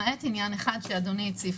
למעט עניין אחד שאדוני הציף.